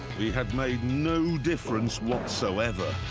we had made no difference whatsoever.